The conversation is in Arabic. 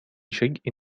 شيء